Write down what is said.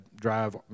drive